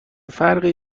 فرقی